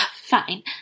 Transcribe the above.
fine